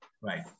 right